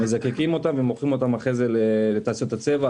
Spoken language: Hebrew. מזקקים אותם ומוכרים אותם אחרי זה לתעשיות הצבע,